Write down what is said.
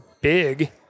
big